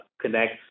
connect